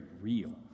real